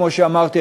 כמו שאמרתי,